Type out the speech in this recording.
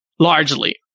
Largely